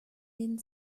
den